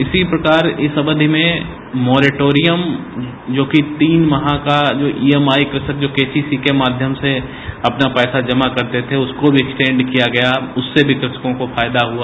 इसी प्रकार इस अवधि में मोरिटोथिम जोकि तीन माह का इएमआई क्रषक जो केसीसी के माध्यम से अपना पैसा जमा करते थे उसे भी स्टेंड किया गया उससे भी कृषकों को फायदा हुआ